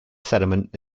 settlement